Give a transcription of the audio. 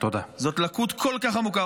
זאת לקות כל כך עמוקה.